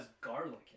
garlic